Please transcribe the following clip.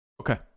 Okay